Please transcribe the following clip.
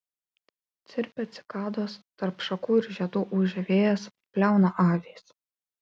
čirpia cikados tarp šakų ir žiedų ūžia vėjas bliauna avys